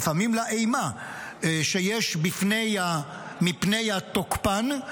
לפעמים לאימה שיש מפני התוקפן,